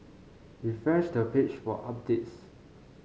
refresh the page for updates